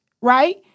Right